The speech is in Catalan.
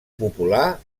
popular